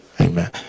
amen